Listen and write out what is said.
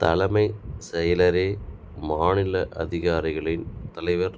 தலைமைச் செயலரே மாநில அதிகாரிகளின் தலைவர்